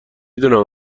دونم